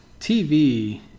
TV